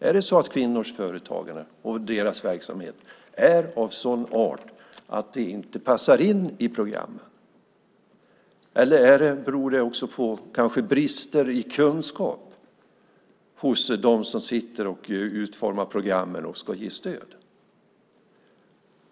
Är det så att kvinnors företagande och verksamhet är av sådan art att de inte passar in i programmen? Eller beror det på brister i kunskap hos dem som sitter och utformar programmen och ska ge stöd?